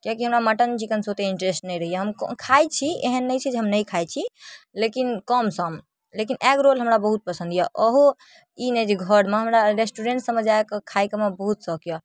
किएकि हमरा मटन चिकनसँ ओतेक इन्टेरेस्ट नहि रहैए हम खाइ छी एहन नहि छै जे हम नहि खाइ छी लेकिन कमसम लेकिन एग रोल हमरा बहुत पसन्द अइ ओहो ई नहि जे घरमे हमरा रेस्टोरेन्टसबमे जाकऽ खाइके हमरा बहुत सौख अइ